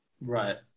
right